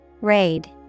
Raid